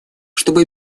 чтобы